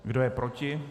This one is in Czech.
Kdo je proti?